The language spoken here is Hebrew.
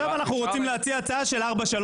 אנחנו רוצים להציע עכשיו הצעה של ארבעה-שלושה.